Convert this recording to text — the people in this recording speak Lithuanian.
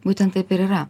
būtent taip ir yra